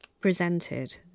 presented